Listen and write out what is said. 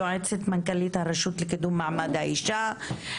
יועצת מנכ"לית הרשות לקידום מעמד האישה,